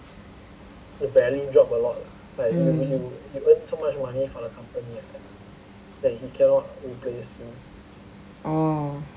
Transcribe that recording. mm oh